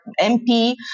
MP